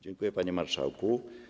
Dziękuję, panie marszałku.